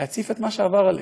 להציף את מה שעבר עליהם.